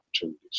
opportunities